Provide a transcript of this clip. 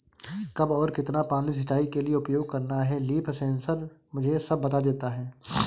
कब और कितना पानी सिंचाई के लिए उपयोग करना है लीफ सेंसर मुझे सब बता देता है